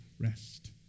rest